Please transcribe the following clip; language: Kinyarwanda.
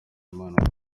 imana